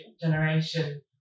generation